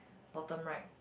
bottom right